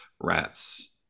Rats